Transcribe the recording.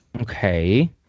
Okay